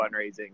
fundraising